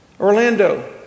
Orlando